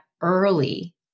early